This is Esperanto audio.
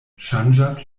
ŝanĝas